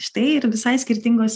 štai ir visai skirtingos